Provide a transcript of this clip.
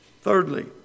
Thirdly